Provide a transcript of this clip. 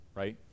right